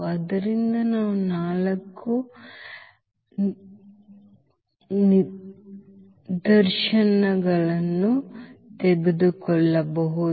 ಆದ್ದರಿಂದ ನಾವು ನಾಲ್ಕು ನಿದರ್ಶನಗಳನ್ನು ತೆಗೆದುಕೊಳ್ಳಬಹುದು